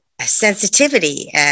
sensitivity